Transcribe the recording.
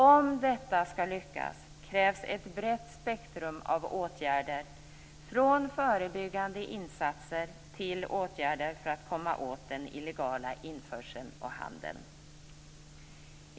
Om detta skall lyckas krävs ett brett spektrum av åtgärder - från förebyggande insatser till åtgärder för att komma åt den illegala införseln och handeln.